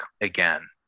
again